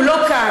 הוא לא כאן,